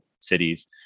cities